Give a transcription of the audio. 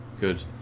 Good